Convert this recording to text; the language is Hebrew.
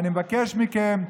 אני מבקש מכם,